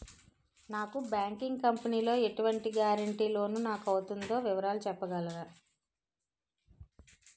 Non banking company లో ఎటువంటి guarantee loan నాకు అవుతుందో వివరాలు చెప్పగలరా?